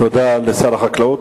תודה לשר החקלאות.